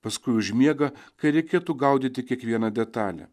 paskui užmiega kai reikėtų gaudyti kiekvieną detalę